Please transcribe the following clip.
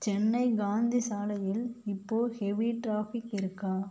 சென்னை காந்தி சாலையில் இப்போது heavy traffic இருக்கா